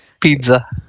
Pizza